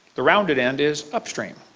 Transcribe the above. the rounded end is upstream,